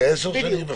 לעשר שנים.